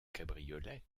cabriolet